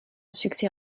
succès